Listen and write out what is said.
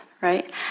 right